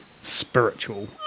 Spiritual